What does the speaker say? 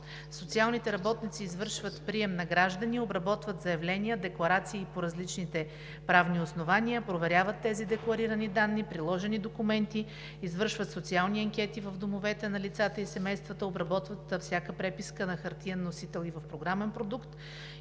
Социалните работници извършват прием на граждани, обработват заявления, декларации по различните правни основания, проверяват тези декларирани данни, приложени документи, извършват социални анкети в домовете на лицата и семействата, обработват всяка преписка на хартиен носител и в програмен продукт,